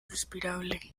respirable